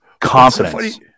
confidence